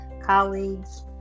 colleagues